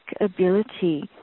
ability